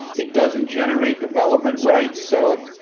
it doesn't generate development rights. so,